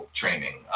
training